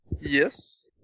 Yes